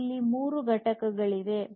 ಇಲ್ಲಿ 3 ಘಟಕಗಳಿವೆ